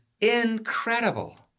incredible